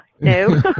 No